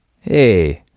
hey